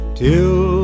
till